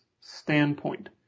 standpoint